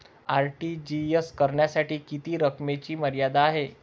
RTGS करण्यासाठी किती रकमेची मर्यादा आहे?